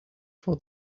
for